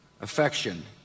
affection